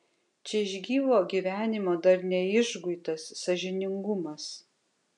čia iš gyvo gyvenimo dar neišguitas sąžiningumas